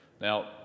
Now